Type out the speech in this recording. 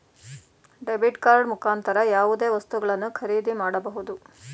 debit card ಮುಖಾಂತರ ಯಾವುದೇ ವಸ್ತುಗಳನ್ನು ಖರೀದಿ ಮಾಡಬಹುದು